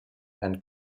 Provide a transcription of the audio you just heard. and